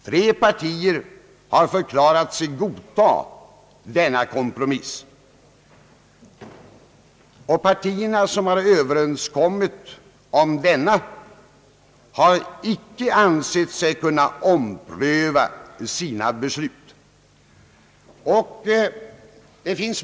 Tre partier har förklarat sig godtaga denna kompromiss. De partier som har överenskommit om detta har inte ansett sig kunna ompröva sina beslut.